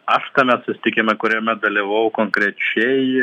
aš tame susitikime kuriame dalyvavau konkrečiai